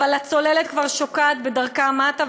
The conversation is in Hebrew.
אבל הצוללת כבר שוקעת בדרכה מטה,